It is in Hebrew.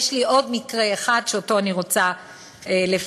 יש לי עוד מקרה אחד שאני רוצה לפרט: